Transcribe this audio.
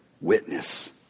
witness